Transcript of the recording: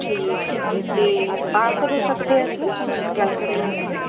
ਠੀਕ ਹੈ ਜੀ ਅਤੇ ਆ ਕਦੋਂ ਸਕਦੇ ਹਾਂ ਅਸੀਂ ਗੱਲ ਕਰਨ ਵਾਸਤੇ